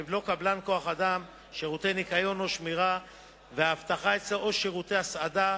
שאינו קבלן כוח-אדם שירותי ניקיון או שמירה ואבטחה אצלו או שירותי הסעדה